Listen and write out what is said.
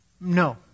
No